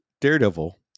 Daredevil